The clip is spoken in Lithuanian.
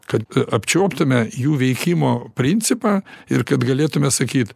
kad apčiuoptume jų veikimo principą ir kad galėtume sakyt